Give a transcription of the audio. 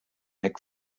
heck